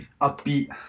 upbeat